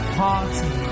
party